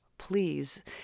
please